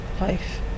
life